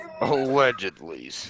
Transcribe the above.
Allegedly